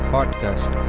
Podcast